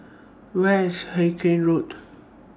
Where IS Hawkinge Road